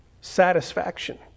satisfaction